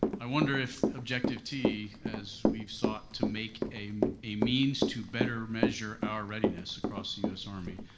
i wonder if objective t, as we've sought to make a a means to better measure our readiness across the u s. army,